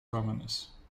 romanus